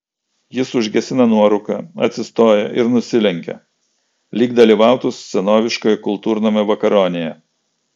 jis užgesina nuorūką atsistoja ir nusilenkia lyg dalyvautų senoviškoje kultūrnamio vakaronėje